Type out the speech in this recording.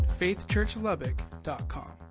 faithchurchlubbock.com